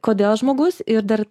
kodėl žmogus ir dar